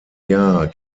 jahr